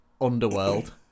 underworld